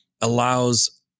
allows